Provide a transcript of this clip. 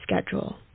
schedule